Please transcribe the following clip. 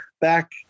back